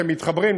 כשהם מתחברים,